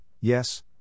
yes